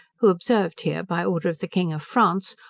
who observed here by order of the king of france,